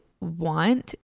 want